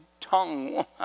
tongue